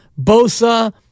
Bosa